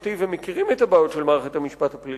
המשפטי ומכירים את הבעיות של מערכת המשפט הפלילי,